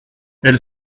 elle